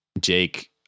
Jake